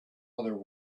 other